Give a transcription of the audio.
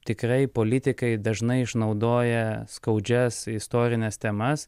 tikrai politikai dažnai išnaudoja skaudžias istorines temas